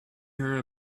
her